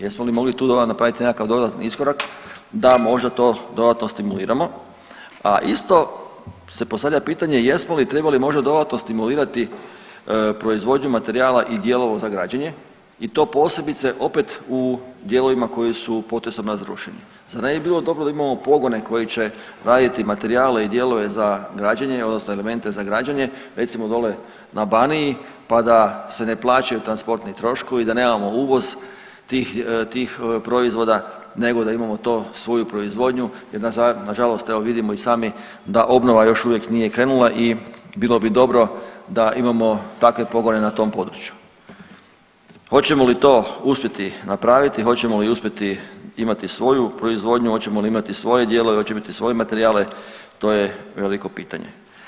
Jesmo li mogli tu napraviti nekakav dodatni iskorak da možda to dodatno stimuliramo, a isto se postavlja pitanje jesmo li trebali možda dodatno stimulirati proizvodnju materijala i dijelova za građenje i to posebice opet u dijelovima koji su potresom razrušeni, zar ne bi bilo dobro da imamo pogone koji će raditi materijale i dijelove za građenje odnosno elemente za građenje recimo dole na Baniji, pa da se ne plaćaju transportni troškovi, da nemamo uvoz tih, tih proizvoda, nego da imamo to svoju proizvodnju jer nažalost evo vidimo i sami da obnova još uvijek nije krenula i bilo bi dobro da imamo takve pogone na tom području, hoćemo li to uspjeti napraviti, hoćemo li uspjeti imati svoju proizvodnju, hoćemo li imati svoje dijelove, hoćemo imati svoje materijale, to je veliko pitanje.